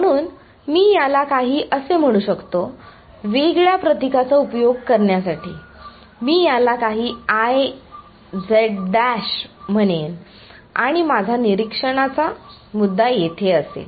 म्हणून मी याला काही असे म्हणू शकतो वेगळ्या प्रतीकाचा उपयोग करण्यासाठी मी याला काही म्हणेन आणि माझा निरीक्षणाचा मुद्दा येथे असेल